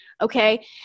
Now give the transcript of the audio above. okay